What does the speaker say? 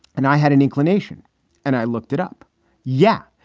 and i had an inclination and i looked it up yeah.